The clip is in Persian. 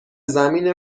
زمین